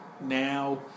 now